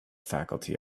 faculty